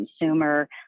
consumer